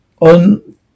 on